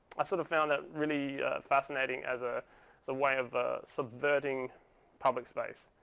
i sort of found that really fascinating as a so way of subverting public space.